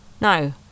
no